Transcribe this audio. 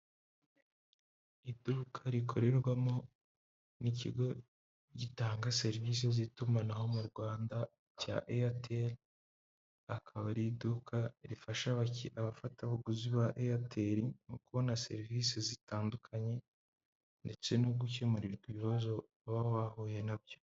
Iduka rikorerwamo n'ikigo gitanga serivisi z'itumanaho mu Rwanda cya eyateri, akaba ari iduka rifasha abafatabuguzi ba eyateri mu kubona serivisi zitandukanye ndetse no gukemurirwa ibibazo baba bahuye nabyo.